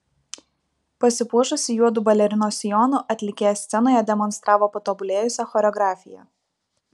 pasipuošusi juodu balerinos sijonu atlikėja scenoje demonstravo patobulėjusią choreografiją